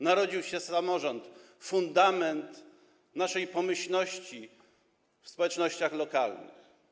Narodził się samorząd, fundament naszej pomyślności w społecznościach lokalnych.